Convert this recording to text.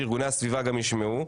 של הסתייגויות,